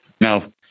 Now